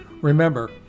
Remember